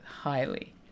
Highly